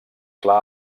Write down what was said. clar